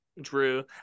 Drew